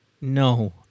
No